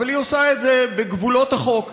אבל היא עושה את זה בגבולות החוק.